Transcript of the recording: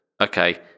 okay